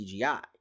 cgi